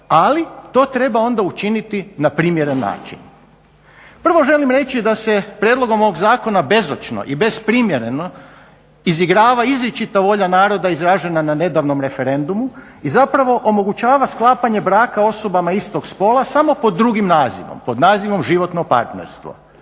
ali to treba onda učiniti na primjeren način. Prvo želim reći da se prijedlogom ovog zakona bezočno i besprimjereno izigrava izričita volja naroda izražena na nedavnom referendumu i zapravo omogućava sklapanje braka osobama istog spola samo pod drugim nazivom, pod nazivom životno partnerstvo.